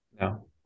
No